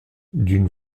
d’une